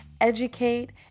educate